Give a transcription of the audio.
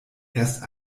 erst